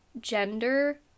gender